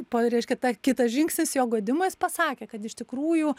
po reiškia ta kitas žingsnis jo guodimas jis pasakė kad iš tikrųjų